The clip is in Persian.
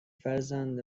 فرزند